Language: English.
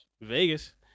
Vegas